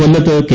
കൊല്ലത്ത് കെ